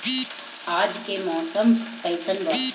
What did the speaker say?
आज के मौसम कइसन बा?